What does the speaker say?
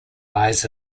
lies